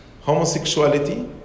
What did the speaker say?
homosexuality